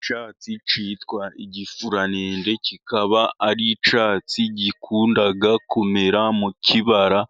Icyatsi cyitwa igifuranende, kikaba ari icyatsi gikunda kumera mu kibara